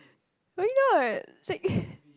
why not sick